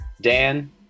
dan